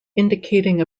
indicating